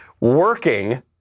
working